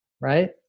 right